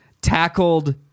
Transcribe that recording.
tackled